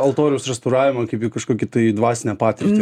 altoriaus restauravimo kaip į kažkokį tai dvasinę patirtį